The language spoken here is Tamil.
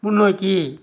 முன்னோக்கி